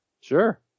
Sure